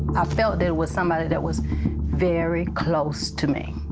i felt there was somebody that was very close to me.